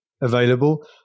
available